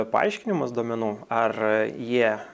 paaiškinimas duomenų ar jie